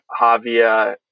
Javier